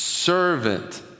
servant